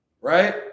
right